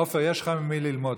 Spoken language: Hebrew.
עופר, יש לך ממי ללמוד.